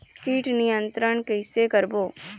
कीट नियंत्रण कइसे करबो?